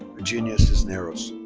virginia cisneros.